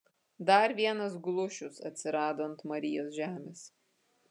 dar vienas glušius atsirado ant marijos žemės